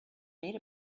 made